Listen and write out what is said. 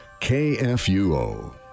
KFUO